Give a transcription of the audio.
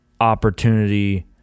opportunity